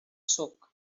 suc